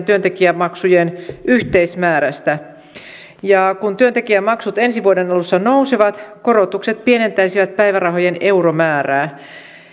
työntekijämaksujen yhteismäärästä ja kun työntekijämaksut ensi vuoden alussa nousevat korotukset pienentäisivät päivärahojen euromäärää